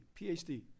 PhD